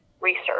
research